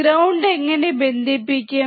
ground എങ്ങനെ ബന്ധിപ്പിക്കും